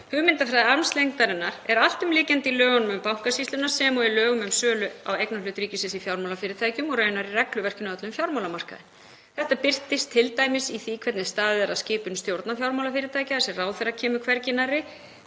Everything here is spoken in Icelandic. Hugmyndafræði armslengdarinnar er alltumlykjandi í lögunum um Bankasýsluna sem og í lögum um sölu á eignarhlut ríkisins í fjármálafyrirtækjum og raunar í regluverkinu öllu um fjármálamarkaðinn. Þetta birtist t.d. í því hvernig staðið er að skipun stjórna fjármálafyrirtækja þar sem ráðherra kemur hvergi